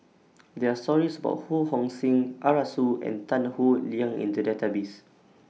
There Are stories about Ho Hong Sing Arasu and Tan Howe Liang in The Database